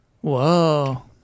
Whoa